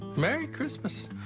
merry christmas.